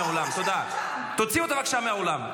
תוציאו אותה בבקשה מהאולם.